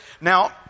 Now